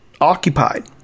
occupied